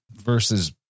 versus